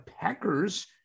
Packers